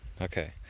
Okay